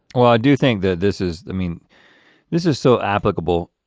well i do think that this is i mean this is so applicable.